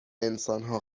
انسانها